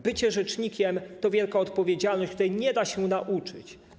Bycie rzecznikiem to wielka odpowiedzialność, której nie da się nauczyć.